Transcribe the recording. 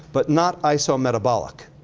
but not isometabolic.